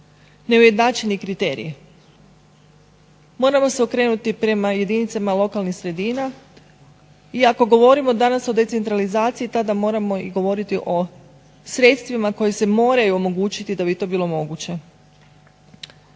neujednačeni kriteriji. Moramo se okrenuti prema jedinicama lokalnih sredina. I ako govorimo danas o decentralizaciji tada moramo i govoriti o sredstvima koja se moraju omogućiti da bi to bilo moguće.